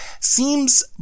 seems